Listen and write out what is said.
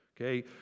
Okay